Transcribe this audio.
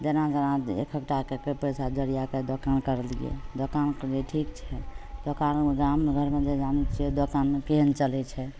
जेना तेना एक एक टाके पैसा जोरिआके दोकान करलिए दोकान करलिए ठीक छै दोकानमे गामघरमे जाने छिए दोकान केहन चलै छै